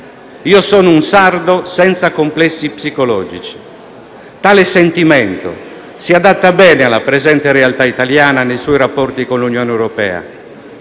«Io sono un sardo senza complessi psicologici». Tale sentimento si adatta bene alla presente realtà italiana nei suoi rapporti con l'Unione europea.